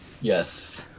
Yes